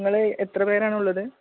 നിങ്ങളെത്ര പേരാണുള്ളത്